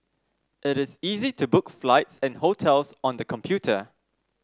it is easy to book flights and hotels on the computer